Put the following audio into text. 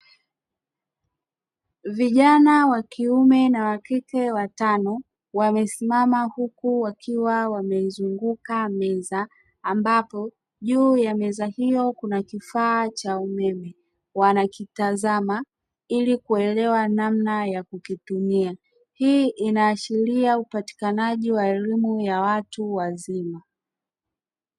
Vijana wa kiume na wa kike watano wamesimama huku wakiwa wameizunguka meza ambapo juu ya meza hiyo kuna kifaa cha umeme, wanakitazama ili kuelewa namna ya kukitumia, hii inaashiria upatikanaji wa elimu ya watu wazima.